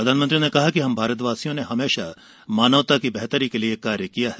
प्रधानमंत्री ने कहा कि हम भारतवासियों ने मानवता की बेहतरी के लिए कार्य किया है